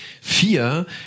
vier